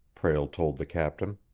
prale told the captain.